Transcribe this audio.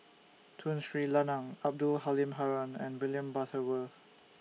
Tun Sri Lanang Abdul Halim Haron and William Butterworth